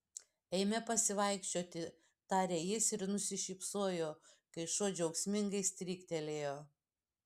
eime pasivaikščioti tarė jis ir nusišypsojo kai šuo džiaugsmingai stryktelėjo